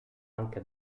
anche